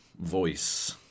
voice